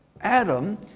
Adam